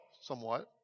somewhat